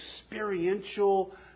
experiential